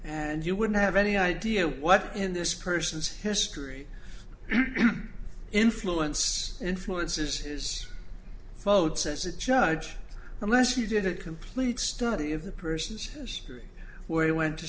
and you wouldn't have any idea what in this person's history influence influences is followed says the judge unless she did a complete study of the person's history where he went to